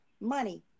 money